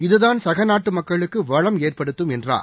இதனால்தான் சக நாட்டு மக்களுக்கு வளம் ஏற்பத்தும் என்றார்